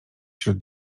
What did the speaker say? wśród